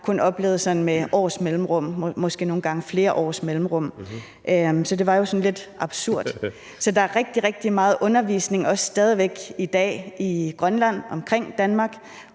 kun oplevede med års mellemrum, måske nogle gange flere års mellemrum. Så det var jo sådan lidt absurd. Så der er stadig rigtig, rigtig meget undervisning også i dag i Grønland om Danmark,